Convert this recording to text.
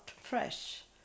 fresh